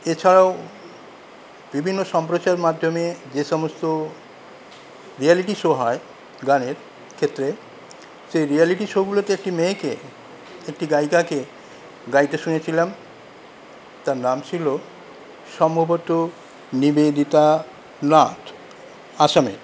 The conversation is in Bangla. এছাড়াও বিভিন্ন সম্প্রচারের মাধ্যমে যে সমস্ত রিয়েলিটি শো হয় গানের ক্ষেত্রে সেই রিয়ালিটি শোগুলোতে একটি মেয়েকে একটি গায়িকাকে গাইতে শুনেছিলাম তার নাম ছিল সম্ভবত নিবেদিতা নাথ আসামের